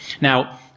Now